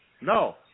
No